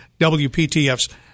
WPTF's